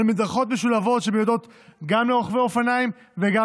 על מדרכות משולבות שמיועדות גם לרוכבי אופניים וגם